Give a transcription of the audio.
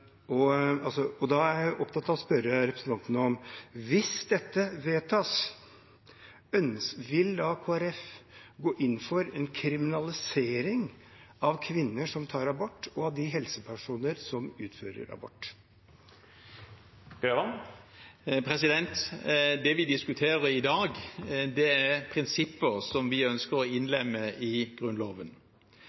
Da er jeg opptatt av å spørre representanten: Hvis dette vedtas, vil Kristelig Folkeparti gå inn for en kriminalisering av kvinner som tar abort, og av helsepersonell som utfører abort? Det vi diskuterer i dag, er prinsipper som vi ønsker å innlemme i Grunnloven.